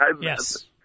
Yes